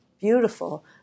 beautiful